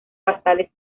basales